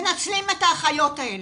מנצלים את האחיות האלה.